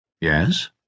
Yes